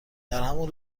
درهمان